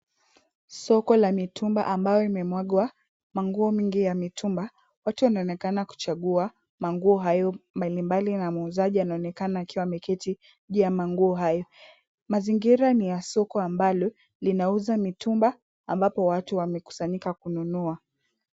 Soko la mitumba ambayo imemwagwa manguo mingi ya mitumba. Watu wanaonekana kuchagua manguo hayo mbalimbali na muuzaji anaonekana akiwa ameketi juu ya manguo hayo. Mazingira ni ya soko ambalo linauza mitumba ambapo watu wamekusanyika kununua.